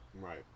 Right